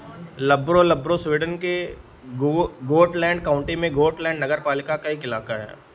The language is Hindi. लर्ब्रो लर्ब्रो स्वीडन के गो गोटलैंड काउंटी में गोटलैंड नगरपालिका का एक इलाका है